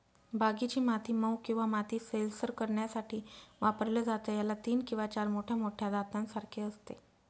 बागेची माती मऊ किंवा माती सैलसर करण्यासाठी वापरलं जातं, याला तीन किंवा चार मोठ्या मोठ्या दातांसारखे असते